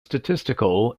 statistical